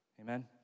Amen